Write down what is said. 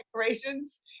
decorations